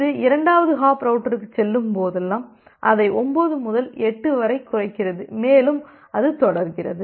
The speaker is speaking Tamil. இது இரண்டாவது ஹாப் ரவுட்டருக்குச் செல்லும் போதெல்லாம் அதை 9 முதல் 8 வரை குறைக்கிறது மேலும் அது தொடர்கிறது